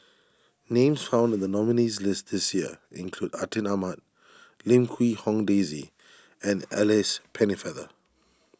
names found in the nominees' list this year include Atin Amat Lim Quee Hong Daisy and Alice Pennefather